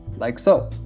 like so.